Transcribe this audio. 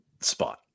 spot